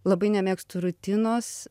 labai nemėgstu rutinos